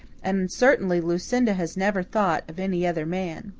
and certainly lucinda has never thought of any other man.